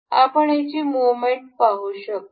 आपण याची मुहमेंट पाहू शकतो